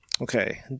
Okay